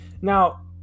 Now